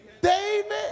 David